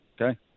Okay